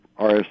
RS